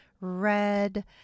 red